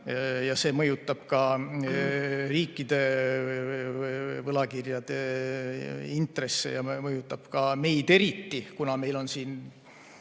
See mõjutab ka riikide võlakirjade intresse ja mõjutab ka meid eriti, kuna Eesti on väike